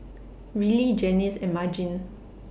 Rillie Janis and Margene